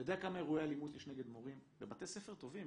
כמה אירועי אלימות יש נגד מורים בבתי ספר טובים,